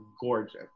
gorgeous